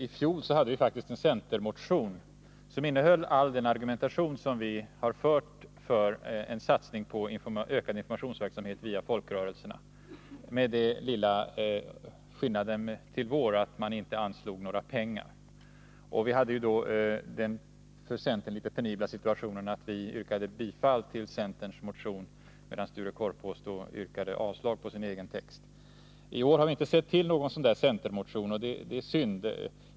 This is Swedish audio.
I fjol hade nämligen centern en motion som innehöll all den argumentation som vi fört för en satsning på ökad informationsverksamhet via folkrörelserna, med den lilla skillnaden att centermotionen inte innehöll något yrkande om att man skulle anslå pengar. Vi hade då den för centern litet penibla situationen, att vi socialdemokrater yrkade bifall till centerns motion, medan Sture Korpås yrkade avslag på sin egen text. I år har vi inte sett till någon sådan centermotion, och det är synd.